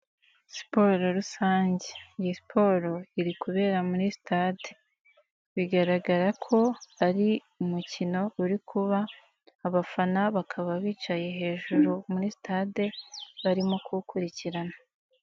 Siporo rusange, iyi siporo iri kubera muri sitade, bigaragara ko ari umukino uri kuba abafana bakaba bicaye hejuru muri sitade barimo guwukurikirana.